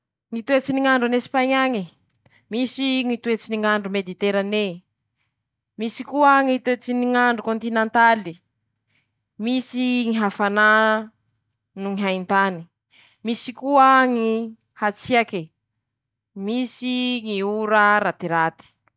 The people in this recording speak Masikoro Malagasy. Ñy toetsy ny ñ'andro an'Esipaiñy añe: Misy Ñy toetsy ny ñ'andro mediterané, misy koa Ñy toetsy ny ñ'andro kôntinantaly, misy ñy hafanà noho ñy haintany, misy koa ñy hatsiake, misy ñy ora ratiraty.